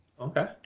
Okay